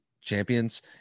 champions